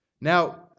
Now